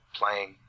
playing